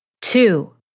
Two